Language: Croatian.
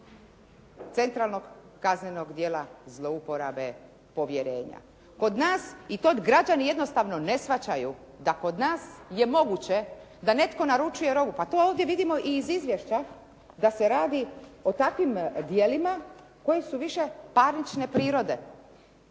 centralnog kaznenog djela zlouporabe povjerenja. Kod nas i to građani jednostavno ne shvaćaju, da kod nas je moguće da netko naručuje robu. Pa to ovdje vidimo i iz izvješća da se radi o takvim djelima koji su više parnične prirode,